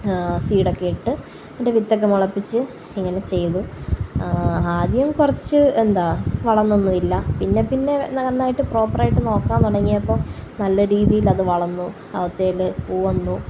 സീഡോക്കെ ഇട്ട് എന്നിട്ട് വിത്തൊക്കെ മുളപ്പിച്ച് ഇങ്ങനെ ചെയ്തു ആദ്യം കുറച്ച് എന്താ വളര്ന്നൊന്നുമില്ല പിന്നെ പിന്നെ നന്നായിട്ട് പ്രോപ്പറായിട്ട് നോക്കാന് തുടങ്ങിയപ്പോൾ നല്ല രീതിയില് അത് വളര്ന്നു അതിൽ പൂ വന്നു